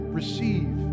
receive